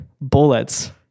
bullets